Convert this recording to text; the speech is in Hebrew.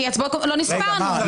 כי לא נספרנו.